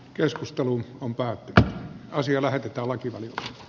keskustelu on päätettävä asia vaiheessa tekemään